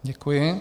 Děkuji.